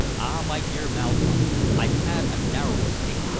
ah, my dear malkoff, i've had a narrow escape!